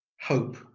hope